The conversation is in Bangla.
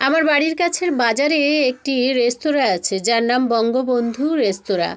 আমার বাড়ির কাছের বাজারে একটি রেস্তরাঁ আছে যার নাম বঙ্গবন্ধু রেস্তরাঁ